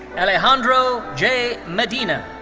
alejandro j. medina.